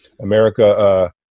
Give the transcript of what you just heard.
america